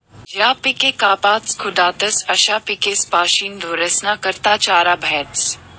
ज्या पिके कापातस खुडातस अशा पिकेस्पाशीन ढोरेस्ना करता चारा भेटस